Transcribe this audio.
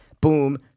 boom